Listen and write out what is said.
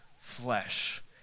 flesh